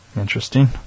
Interesting